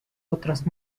otras